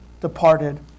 departed